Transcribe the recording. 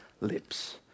lips